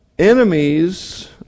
Enemies